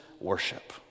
worship